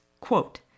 quote